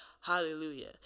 hallelujah